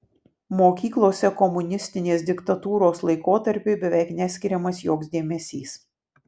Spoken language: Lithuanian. mokyklose komunistinės diktatūros laikotarpiui beveik neskiriamas joks dėmesys